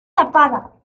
tapada